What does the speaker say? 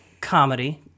comedy